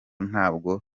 ntabwo